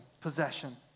Possession